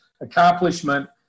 Accomplishment